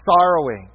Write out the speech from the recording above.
sorrowing